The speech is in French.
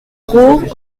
roure